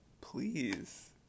please